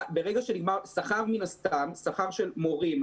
שכר של מורים,